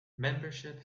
membership